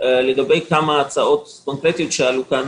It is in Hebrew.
לגבי כמה הצעות קונקרטיות שעלו כאן